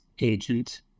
agent